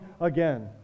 again